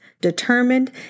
determined